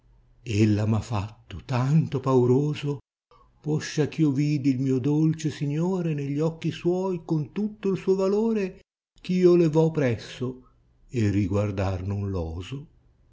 m ha fatto tanto pauroso posciach io vidi il mio dolce signore negli occhi suoi con tutto il suo vaore chmo le vo presso e riguardar non l'oso